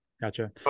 Gotcha